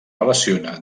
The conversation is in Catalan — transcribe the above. relaciona